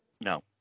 No